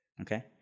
Okay